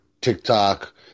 tiktok